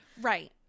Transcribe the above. Right